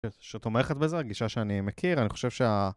שתומכת בזה, הגישה שאני מכיר, אני חושב שה...